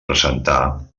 presentà